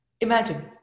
Imagine